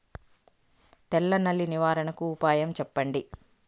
తెల్ల నల్లి నివారణకు ఉపాయం చెప్పండి?